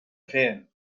fer